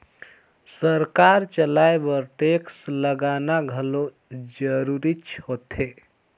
सरकार चलाए बर टेक्स लगाना घलो जरूरीच होथे